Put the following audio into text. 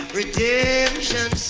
redemption